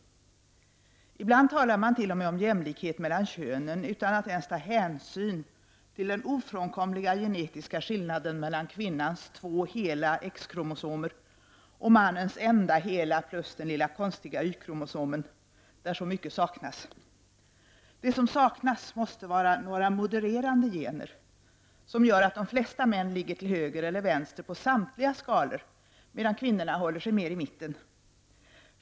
Ibland talar man t.o.m. om jämlikhet mellan könen utan att ens ta hänsyn till den ofrånkomliga genetiska skillnaden mellan kvinnans två hela xkromosomer och mannens enda hela plus den lilla konstiga y-kromosomen, där så mycket saknas. Det som saknas måste vara några modererande gener som gör att de flesta män ligger till höger eller vänster på samtliga skalor medan kvinnorna håller sig mer i mitten.